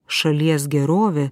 šalies gerovė